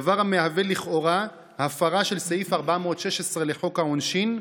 דבר המהווה לכאורה הפרה של סעיף 416 לחוק העונשין,